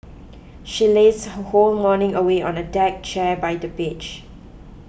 she lazed her whole morning away on a deck chair by the beach